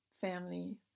family